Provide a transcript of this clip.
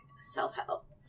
self-help